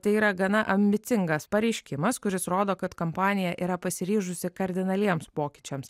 tai yra gana ambicingas pareiškimas kuris rodo kad kompanija yra pasiryžusi kardinaliems pokyčiams